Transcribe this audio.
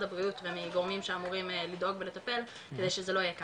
הבריאות ומגורמים שאמורים לדאוג ולטפל כדי שזה לא יהיה ככה.